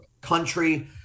country